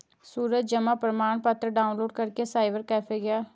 सूरज जमा प्रमाण पत्र डाउनलोड करने साइबर कैफे गया